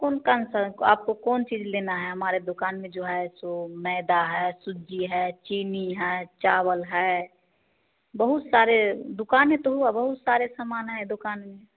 कौन तन सन आपको कौन चीज लेना है हमारे दुकान में जो है सो मैदा है सूजी है चीनी है चावल है बहुत सारे दुकान ही तो बहुत सारे सामान हैं दुकान में